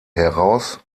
heraus